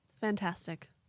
fantastic